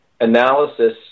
analysis